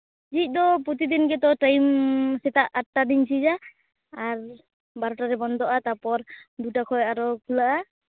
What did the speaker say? ᱡᱷᱤᱡ ᱫᱚ ᱯᱨᱚᱛᱤᱫᱤᱱ ᱜᱮᱛᱚ ᱴᱟᱭᱤᱢ ᱥᱮᱛᱟᱜ ᱟᱴᱴᱟ ᱨᱤᱧ ᱡᱷᱤᱡᱟ ᱟᱨ ᱵᱟᱨᱚᱴᱟ ᱨᱮ ᱵᱚᱱᱫᱚᱜᱼᱟ ᱛᱟᱨᱯᱚᱨ ᱫᱩᱴᱟ ᱠᱷᱚᱱ ᱟᱨᱚ ᱠᱷᱩᱞᱟᱹᱜᱼᱟ